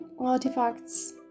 artifacts